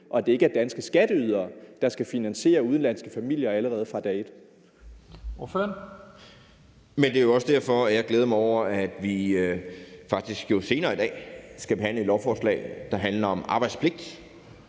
og at det ikke er danske skatteydere, der skal finansiere udenlandske familier allerede fra dag